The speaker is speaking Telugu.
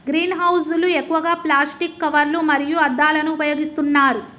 గ్రీన్ హౌస్ లు ఎక్కువగా ప్లాస్టిక్ కవర్లు మరియు అద్దాలను ఉపయోగిస్తున్నారు